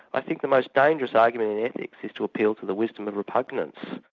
i think the most dangerous argument in ethics is to appeal to the wisdom of repugnance.